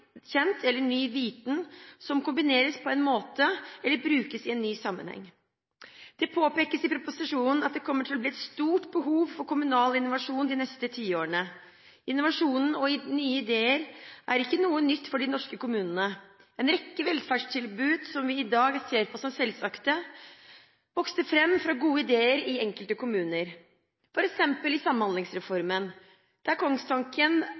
kjent eller ny viten som kombineres på en ny måte eller brukes i en ny sammenheng. Det påpekes i proposisjonen at det kommer til å bli et stort behov for kommunal innovasjon de neste tiårene. Innovasjon og nye ideer er ikke noe nytt for de norske kommunene. En rekke velferdstilbud som vi i dag ser på som selvsagte, vokste fram fra gode ideer i enkelte kommuner. Ta f.eks. Samhandlingsreformen, der kongstanken